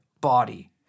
body